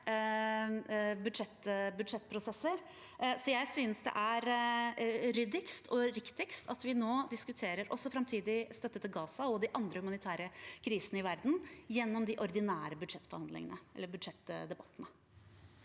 jeg synes det er ryddigst og riktigst at vi nå diskuterer også framtidig støtte til Gaza og de andre humanitære krisene i verden gjennom de ordinære budsjettdebattene.